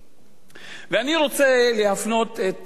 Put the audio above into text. ואני רוצה להפנות את תשומת לבכם,